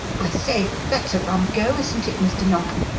i say, that's a rum go, isn't it, mr. narkom.